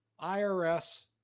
IRS